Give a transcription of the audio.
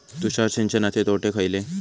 तुषार सिंचनाचे तोटे खयले?